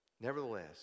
Nevertheless